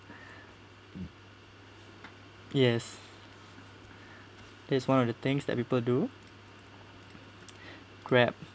yes that's one of the things that people do Grab